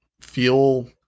feel